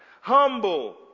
Humble